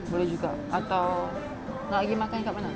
boleh juga atau nak pergi makan kat mana